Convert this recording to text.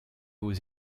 aux